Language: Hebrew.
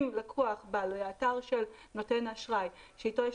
אם לקוח בא לאתר של נותן אשראי שאיתו יש